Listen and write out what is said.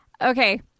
Okay